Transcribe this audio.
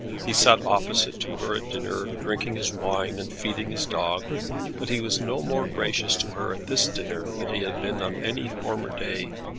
he sat opposite to her at dinner, drinking his wine and feeding his dog but he was no more gracious to her at this dinner than he had been on any former day.